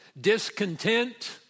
discontent